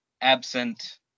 absent